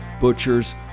butchers